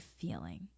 feeling